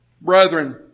Brethren